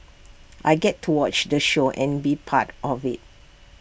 I get to watch the show and be part of IT